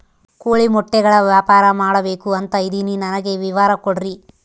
ಕೋಳಿ ಮೊಟ್ಟೆಗಳ ವ್ಯಾಪಾರ ಮಾಡ್ಬೇಕು ಅಂತ ಇದಿನಿ ನನಗೆ ವಿವರ ಕೊಡ್ರಿ?